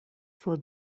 for